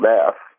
Math